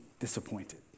disappointed